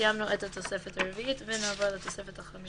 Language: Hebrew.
סיימנו את התוספת הרביעית ונעבור לתוספת החמישית.